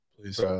Please